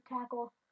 tackle